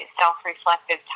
self-reflective